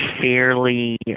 fairly